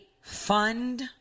fund